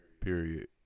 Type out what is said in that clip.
period